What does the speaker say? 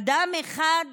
אדם אחד